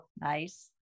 Nice